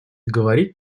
говорить